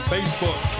Facebook